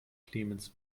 clemens